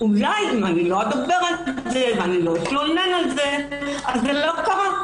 "אולי אם לא אדבר על זה ולא אתלונן על זה אז זה לא קרה,